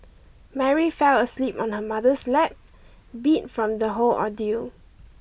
Mary fell asleep on her mother's lap beat from the whole ordeal